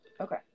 Okay